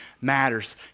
matters